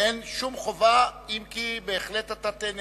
אין שום חובה, אם כי אתה בהחלט תיהנה.